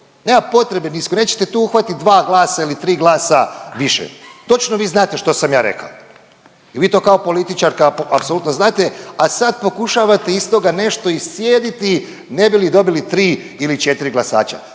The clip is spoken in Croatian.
Nema potrebe nisko nećete tu uhvatiti dva glasa ili tri glasa više. Točno vi znate što sam ja rekao. I vi to kao političarka apsolutno znate, a sad pokušavate iz toga nešto iscijediti ne bi li dobili 3 ili 4 glasača.